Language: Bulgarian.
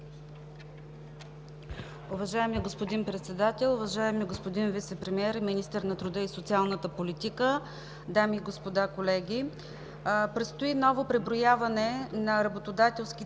Уважаеми господин Председател, уважаеми господин Вицепремиер и министър на труда и социалната политика, дами и господа колеги! Предстои ново преброяване на работодателските и